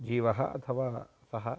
जीवः अथवा सः